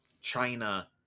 China